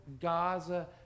Gaza